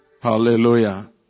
Hallelujah